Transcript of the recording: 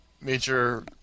major